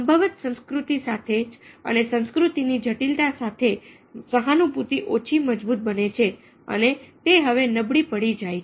સંભવત સંસ્કૃતિ સાથે જ અને સંસ્કૃતિની જટિલતા સાથે સહાનુભૂતિ ઓછી મજબૂત બને છે અને તે હવે નબળી પડી જાય